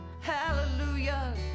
hallelujah